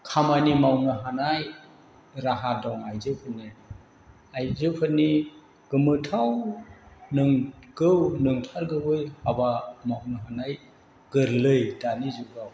खामानि मावनो हानाय राहा दं आइजोफोरनियाव आइजोफोरनि गोमोथाव नंगौ नंथारगौयै हाबा मावनो हानाय गोरलै दानि जुगाव